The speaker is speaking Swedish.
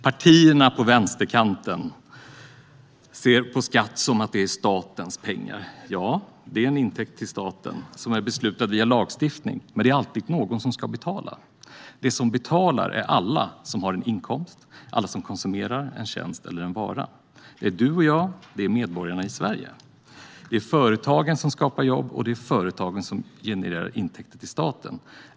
Partierna på vänsterkanten ser på skatt som att det är statens pengar. Ja, det är en intäkt till staten som är beslutad via lagstiftning, men det är alltid någon som ska betala. De som betalar är alla som har en inkomst och alla som konsumerar en tjänst eller en vara. Det är du och jag; det är medborgarna i Sverige. Det är företagen som skapar jobb, och det är företagen som genererar intäkter till staten.